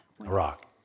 Iraq